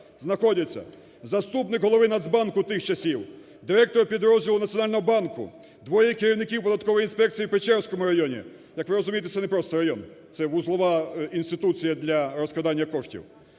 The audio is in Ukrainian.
знаходяться заступник голови Нацбанку тих часів, директор підрозділу Національного банку, двоє керівників податкової інспекції в Печерському районі. Як ви розумієте, це не просто район, це вузлова інституція для розкрадання коштів.